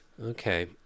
Okay